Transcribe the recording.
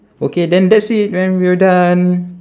okay then that's it and we're done